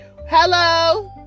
Hello